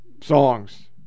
songs